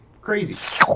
Crazy